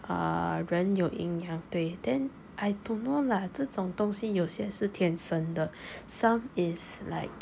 uh 人有阴阳对 then I don't know lah 这种东西有些是天生的 some is like